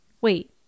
wait